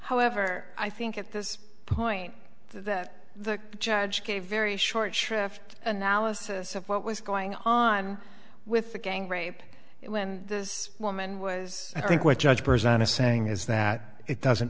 however i think at this point the judge gave a very short shrift analysis of what was going on with the gang rape when this woman was i think what judge present is saying is that it doesn't